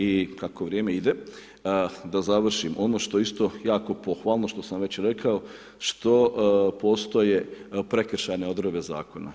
I kako vrijeme ide, da završim, ono što je isto jako pohvalno, što sam već rekao, što postoje prekršajne odredbe zakona.